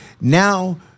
Now